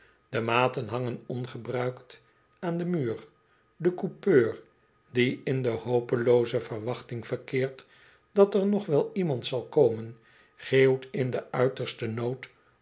de maten hangen ongebruikt aan den muur de coupeur die in de hopelooze verwachting verkeert dat er nog wel iemand zal komen geeuwt in den uitersten nood